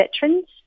veterans